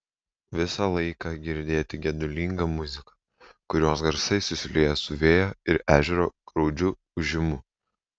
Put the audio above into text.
visą laiką girdėti gedulinga muzika kurios garsai susilieja su vėjo ir ežero graudžiu ūžimu